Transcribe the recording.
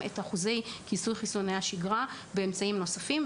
את אחוז חיסוני השגרה באמצעים נוספים.